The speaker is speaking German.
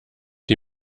die